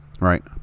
right